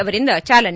ಅವರಿಂದ ಚಾಲನೆ